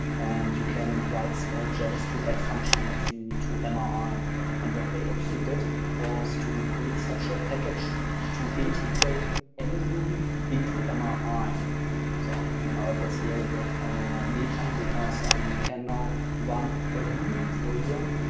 and you can write small gems to add functionality to mri. um um and what they actually did was to build such a package to integrate and mruby into mri. um um ah so um and now it gets a little bit ah meter, because um you can now run a ruby program.